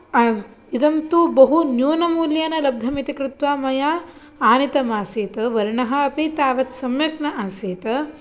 इदं तु बहु न्यूनमूल्येन लब्धमिति कृत्वा मया आनीतमासीत् वर्णः अपि तावत् सम्यक् न आसीत्